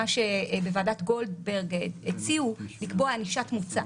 כפי שבוועדת גולדברג הציעו לקבוע ענישת מוצא.